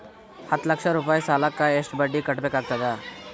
ಹತ್ತ ಲಕ್ಷ ರೂಪಾಯಿ ಸಾಲಕ್ಕ ಎಷ್ಟ ಬಡ್ಡಿ ಕಟ್ಟಬೇಕಾಗತದ?